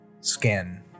skin